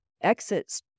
exit